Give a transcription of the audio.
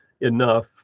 enough